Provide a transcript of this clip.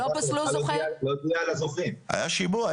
היה שימוע.